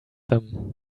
them